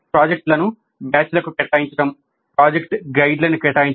ప్రాజెక్టులను బ్యాచ్లకు కేటాయించడం ప్రాజెక్ట్ గైడ్లను కేటాయించడం